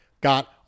got